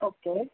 okay